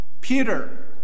Peter